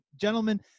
gentlemen